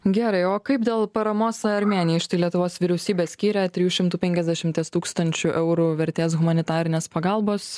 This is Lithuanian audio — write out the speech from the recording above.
gerai o kaip dėl paramos armėnijai štai lietuvos vyriausybė skyrė trijų šimtų penkiasdešimties tūkstančių eurų vertės humanitarinės pagalbos